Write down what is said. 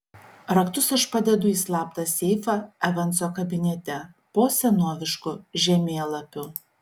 raktus aš padedu į slaptą seifą evanso kabinete po senovišku žemėlapiu